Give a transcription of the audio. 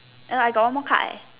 err I got one more card eh